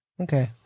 Okay